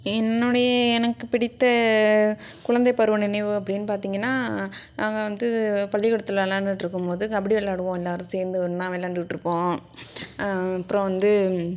என்னுடைய எனக்கு பிடித்த குழந்தைப்பருவ நினைவு அப்படின்னு பார்த்தீங்கன்னா நாங்கள் வந்து பள்ளிக்கூடத்தில் விளையாண்டுட்டுருக்கும்போது கபடி விள்ளாடுவோம் எல்லோரும் சேர்ந்து ஒன்றா விள்ளாண்டுக்கிட்ருப்போம் அப்புறம் வந்து